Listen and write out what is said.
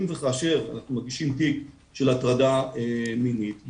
אם וכאשר מגישים תיק של הטרדה מינית,